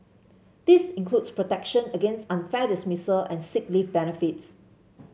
this includes protection against unfair dismissal and sick leave benefits